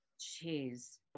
Jeez